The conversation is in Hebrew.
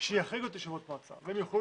שיחריגו את ישיבות המועצה והם יוכלו